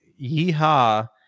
yeehaw